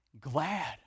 Glad